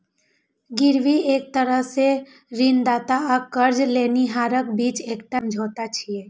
गिरवी एक तरह सं ऋणदाता आ कर्ज लेनिहारक बीच एकटा समझौता छियै